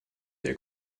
der